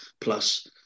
plus